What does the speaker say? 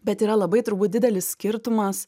bet yra labai turbūt didelis skirtumas